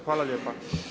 Hvala lijepo.